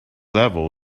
level